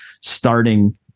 starting